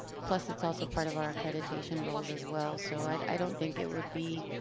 plus it's also part of our accreditation goals, as well. so i i don't think it would be,